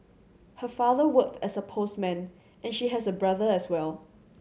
her father worked as a postman and she has a brother as well